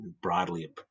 broadly